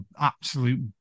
absolute